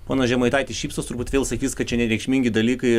ponas žemaitaitis šypsos turbūt vėl sakys kad čia nereikšmingi dalykai